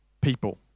people